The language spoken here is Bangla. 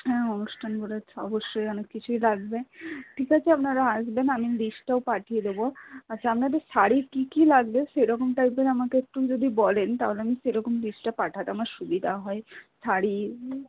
হ্যাঁ অনুষ্ঠান হলে অবশ্যই অনেক কিছুই লাগবে ঠিক আছে আপনারা আসবেন আমি লিস্টটাও পাঠিয়ে দেব আচ্ছা আপনাদের শাড়ির কী কী লাগবে সেরকম টাইপের আমাকে একটু যদি বলেন তাহলে আমি সেরকম লিস্টটা পাঠাতে আমার সুবিধা হয় শাড়ি